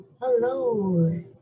Hello